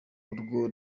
uwo